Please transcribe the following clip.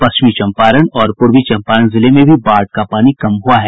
पश्चिमी चंपारण और पूर्वी चंपारण जिले में भी बाढ़ का पानी कम हुआ है